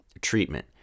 treatment